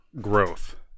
growth